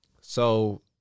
So-